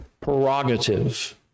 prerogative